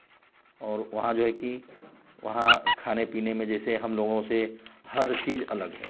और वहाँ जो है कि वहाँ खाने पीने में जैसे हम लोगों से हर चीज़ अलग है